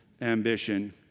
ambition